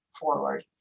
forward